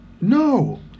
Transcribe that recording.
No